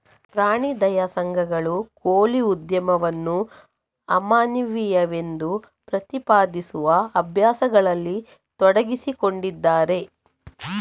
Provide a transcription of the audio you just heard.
ಪ್ರಾಣಿ ದಯಾ ಸಂಘಗಳು ಕೋಳಿ ಉದ್ಯಮವನ್ನು ಅಮಾನವೀಯವೆಂದು ಪ್ರತಿಪಾದಿಸುವ ಅಭ್ಯಾಸಗಳಲ್ಲಿ ತೊಡಗಿಸಿಕೊಂಡಿದ್ದಾರೆ